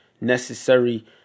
necessary